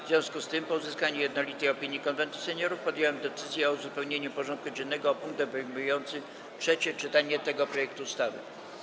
W związku z tym, po uzyskaniu jednolitej opinii Konwentu Seniorów, podjąłem decyzję o uzupełnieniu porządku dziennego o punkt obejmujący trzecie czytanie tego projektu ustawy.